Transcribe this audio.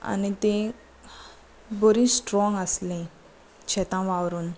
आनी तीं बरी स्ट्रोंग आसली शेतां वावरून